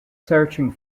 searching